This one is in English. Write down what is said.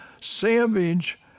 Savage